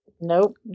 Nope